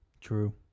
True